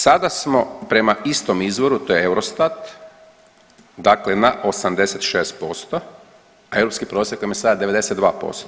Sada smo prema istom izvoru, to je Eurostat dakle na 86%, a europski prosjek vam je sad 92%